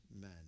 men